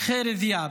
ח'יר דיאב.